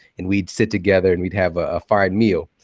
and we'd sit together, and we'd have a fine meal.